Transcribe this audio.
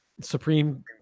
Supreme